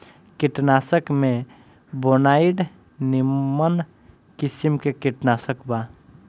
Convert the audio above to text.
कीटनाशक में बोनाइड निमन किसिम के कीटनाशक बा